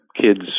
kids